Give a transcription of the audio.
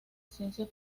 ciencia